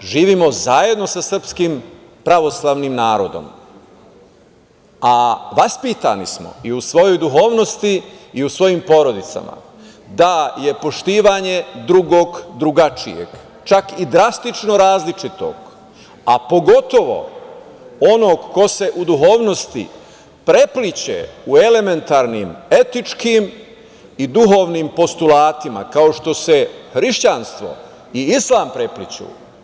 živimo zajedno sa srpskim pravoslavnim narodom, a vaspitani smo i u svojoj duhovnosti i u svojim porodicama da je poštivanje drugog, drugačijeg, čak i drastično različitog, a pogotovo onog ko se u duhovnosti prepliće u elementarnim, etičkim i duhovnim postulatima, kao što se hrišćanstvo i islam prepliću.